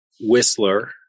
Whistler